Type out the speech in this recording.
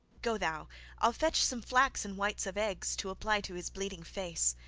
go thou i'll fetch some flax and whites of eggs to apply to his bleeding face.